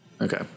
Okay